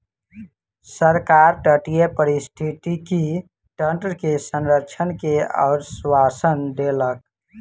सरकार तटीय पारिस्थितिकी तंत्र के संरक्षण के आश्वासन देलक